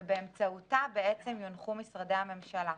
ובאמצעותה, יונחו משרדי הממשלה.